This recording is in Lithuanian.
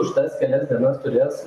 už tas kelias dienas turės